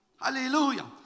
Hallelujah